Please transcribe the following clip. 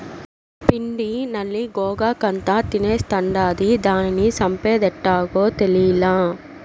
పిండి నల్లి గోగాకంతా తినేస్తాండాది, దానిని సంపేదెట్టాగో తేలీలా